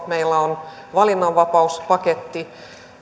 meillä on valinnanvapauspaketti